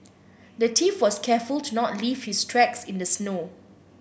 the thief was careful to not leave his tracks in the snow